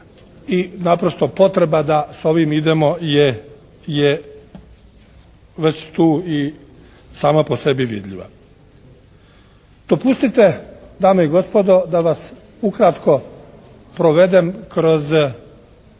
i naprosto potreba da s ovim idemo je već tu i sama po sebi vidljiva. Dopustite dame i gospodo da vas ukratko provedem kroz